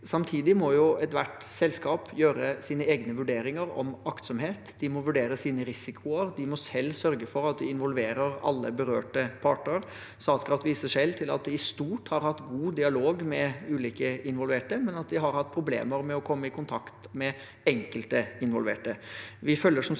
Samtidig må ethvert selskap gjøre sine egne vurderinger om aktsomhet, de må vurdere sine risikoer, og de må selv sørge for at de involverer alle berørte parter. Statkraft viser selv til at de i stort har hatt god dialog med ulike involverte, men at de har hatt problemer med å komme i kontakt med enkelte. Vi følger